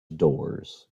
doors